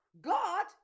god